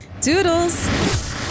Doodles